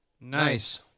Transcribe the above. Nice